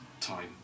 time